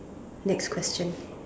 next question